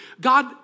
God